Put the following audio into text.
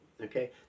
Okay